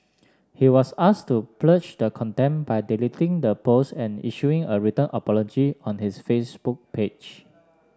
he was asked to purge the contempt by deleting the post and issuing a written apology on his Facebook page